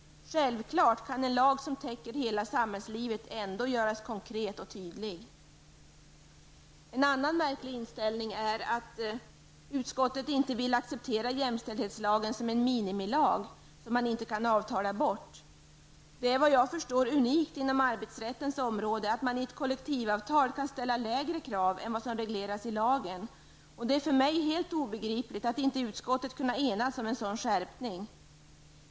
Självfallet kan en lag som täcker hela samhällslivet ändå göras konkret och tydlig. En annan märklig inställning är att utskottet inte vill acceptera jämställdhetslagen som en minimilag, en lag som man inte kan avtala bort. Det är enligt vad jag förstår unikt inom arbetsrättens område att man i ett kollektivavtal kan ställa lägre krav än vad som stadgas i lagen, och det är för mig helt obegripligt att utskottet inte kunnat enas om en skärpning av lagen i det avseendet.